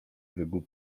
wygłu